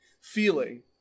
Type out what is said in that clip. Feeling